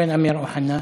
ווין אמיר אוחנה?